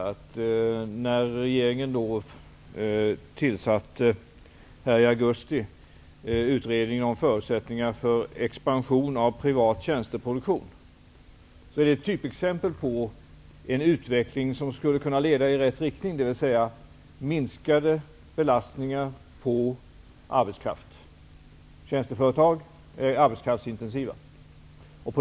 Att regeringen i augusti tillsatte en utredning beträffande förutsättningarna för expansion av privat tjänsteproduktion är ett typexempel på en utveckling som skulle kunna leda i rätt riktning, dvs. mot minskad belastning på arbetskraften. Tjänsteföretag är ju arbetskraftsintensiva.